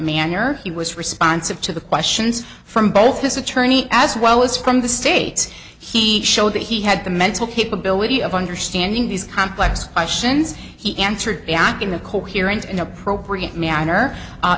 manner he was responsive to the questions from both his attorney as well as from the state he showed that he had the mental capability of understanding these complex question he answered in a coherent in appropriate manner